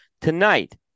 Tonight